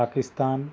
Pakistan